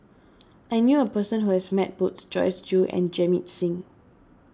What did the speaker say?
I knew a person who has met both Joyce Jue and Jamit Singh